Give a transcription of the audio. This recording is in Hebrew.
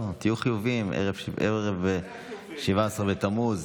לא, לא, לא, תהיו חיוביים, ערב 17 בתמוז,